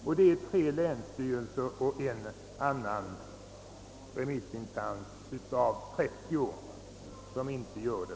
Det är bara tre länsstyrelser och en annan remissinstans av de 30 som inte gör det.